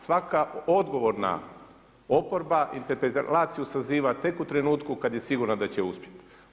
Svaka odgovorna oporba interpelaciju saziva tek u trenutku kada je sigurna da će uspjeti.